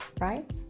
Right